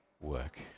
work